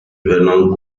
venom